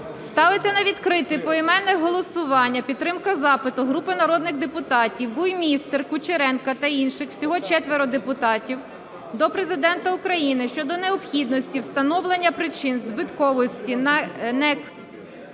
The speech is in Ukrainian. Ставиться на відкрите поіменне голосування підтримка запиту групи народних депутатів (Буймістер, Кучеренка та інших. Всього 4 депутатів) до Президента України щодо необхідності встановлення причин збитковості НЕК